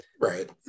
Right